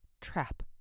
Trap